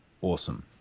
awesome